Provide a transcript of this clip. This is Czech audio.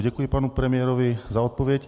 Děkuji panu premiérovi za odpověď.